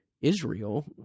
Israel